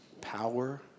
power